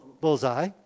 bullseye